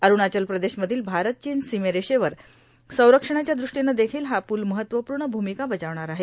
अरूणाचल प्रदेशमधील भारत चीन सीमारेषेवर संरक्षणाच्या दृष्टीनं देखील हा पुल महत्वपूर्ण भूमिका बजावणार आहे